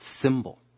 symbol